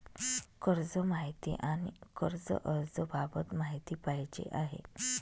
कर्ज माहिती आणि कर्ज अर्ज बाबत माहिती पाहिजे आहे